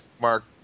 Mark